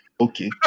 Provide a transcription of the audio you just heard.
Okay